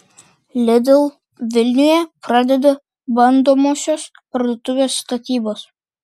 lidl vilniuje pradeda bandomosios parduotuvės statybas